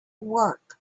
work